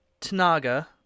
Tanaga